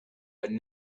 but